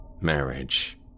Marriage